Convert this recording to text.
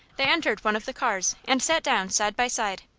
they entered one of the cars, and sat down side by side.